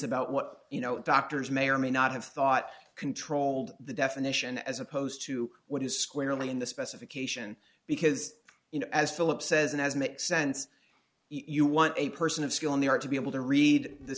about what you know what doctors may or may not have thought controlled the definition as opposed to what is squarely in the specification because as philip says and as makes sense you want a person of skill in the art to be able to read the